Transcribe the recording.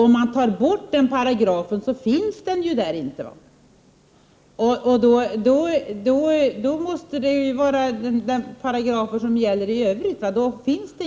Om den paragrafen tas bort, finns det ju inte någon speciell paragraf för barn.